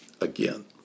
again